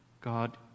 God